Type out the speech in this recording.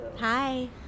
Hi